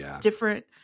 different